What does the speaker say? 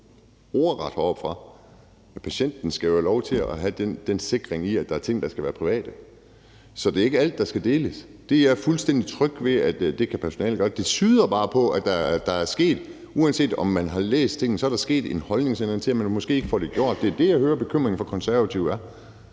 ordret heroppefra, at patienten skal have lov til at have den sikring, at der er ting, der skal være private. Så det er ikke alt, der skal deles. Det er jeg fuldstændig tryg ved at personalet godt kan vurdere. Det tyder bare på, at der, uanset om man har læst tingene, er sket en holdningsændring til, at man måske ikke får det gjort. Det er det, jeg hører er bekymringen for Konservative.